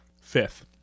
Fifth